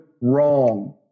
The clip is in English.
wrong